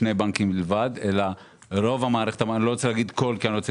נקטו